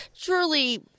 truly